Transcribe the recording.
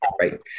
right